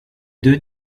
deux